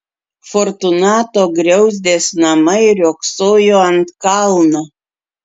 fortunato griauzdės namai riogsojo ant kalno